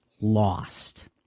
lost